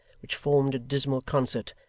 which formed a dismal concert,